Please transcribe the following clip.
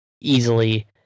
easily